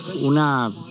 una